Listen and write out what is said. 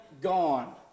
gone